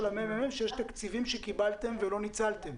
הממ"מ שיש תקציבים שקיבלתם שלא ניצלתם.